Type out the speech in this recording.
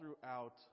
throughout